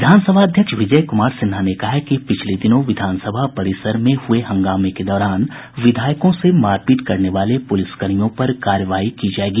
विधानसभा अध्यक्ष विजय कुमार सिन्हा ने कहा है कि पिछले दिनों विधान सभा परिसर में हुए हंगामे के दौरान विधायकों से मारपीट करने वाले पूलिसकर्मियों पर कार्रवाई की जायेगी